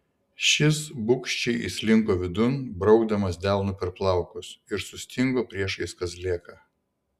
šis bugščiai įslinko vidun braukdamas delnu per plaukus ir sustingo priešais kazlėką